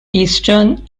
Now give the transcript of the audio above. eastern